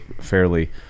fairly